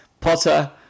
Potter